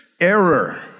error